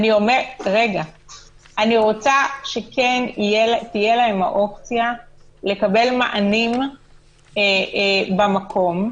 אני רוצה שתהיה להם האפשרות לקבל מענים במקום,